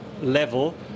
level